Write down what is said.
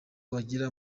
wagira